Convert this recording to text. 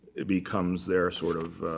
it becomes their, sort of,